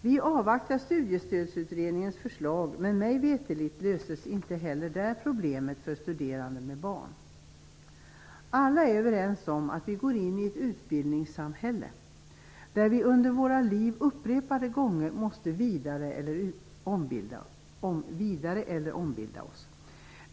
Vi avvaktar Studiestödsutredningens förslag, men mig veterligt löses inte heller där problemet för studerande med barn. Alla är överens om att vi går in i ett utbildningssamhälle där vi under våra liv upprepade gånger måste vidareutbilda oss eller omskola oss.